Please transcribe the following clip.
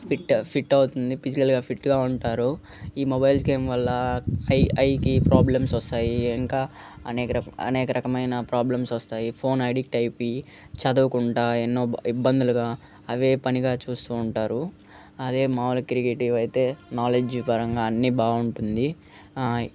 fit fit అవుతుంది పిజికల్గా ఫిట్గా ఉంటారు ఈ మొబైల్స్ గేమ్ వల్ల హై ఐకి ప్రాబ్లమ్స్ వస్తాయి ఇంకా అనేక రక అనేక రకమైన ప్రాబ్లంస్ వస్తాయి ఫోన్ అడిక్ట్ అయిపోయి చదవకుండా ఎన్నో ఇబ్బందులుగా అవే పనిగా చూస్తూ ఉంటారు అదే మామూలు క్రికెట్ ఇవైతే నాలెడ్జ్ పరంగా అన్ని బాగుంటుంది